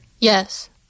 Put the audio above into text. Yes